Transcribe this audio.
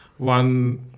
one